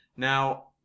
Now